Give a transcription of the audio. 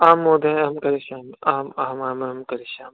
आं महोदय अहं करिष्यामि आमामां अहं करिष्यामि